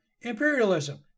Imperialism